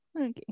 Okay